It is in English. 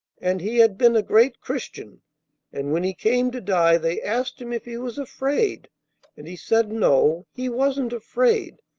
and he had been a great christian and, when he came to die, they asked him if he was afraid and he said no, he wasn't afraid,